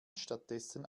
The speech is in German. stattdessen